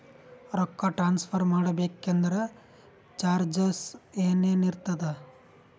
ರೊಕ್ಕ ಟ್ರಾನ್ಸ್ಫರ್ ಮಾಡಬೇಕೆಂದರೆ ಚಾರ್ಜಸ್ ಏನೇನಿರುತ್ತದೆ?